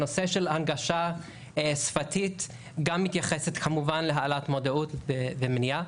הנושא של הנגשה שפתית גם מתייחס כמובן להעלאת מודעות ומניעה.